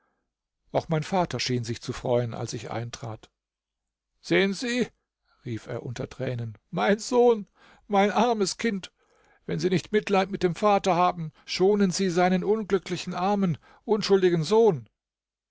auch mein vater schien sich zu freuen als ich eintrat sehen sie rief er unter tränen mein sohn mein armes kind wenn sie nicht mitleid mit dem vater haben schonen sie seinen unglücklichen armen unschuldigen sohn